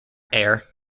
air